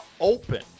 Open